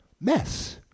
Mess